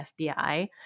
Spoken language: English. FBI